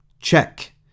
check